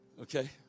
Okay